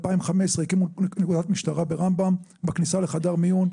על תדריך